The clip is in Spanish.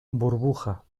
burbuja